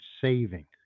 saving